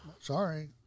Sorry